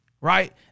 right